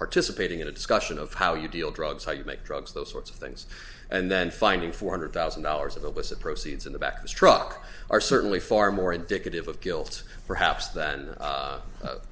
participating in a discussion of how you deal drugs how you make drugs those sorts of things and then finding four hundred thousand dollars of that with the proceeds in the back of his truck are certainly far more indicative of guilt perhaps than